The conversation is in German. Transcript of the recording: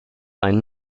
einen